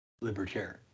libertarian